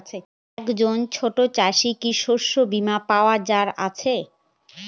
একজন ছোট চাষি কি শস্যবিমার পাওয়ার আছে?